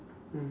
mm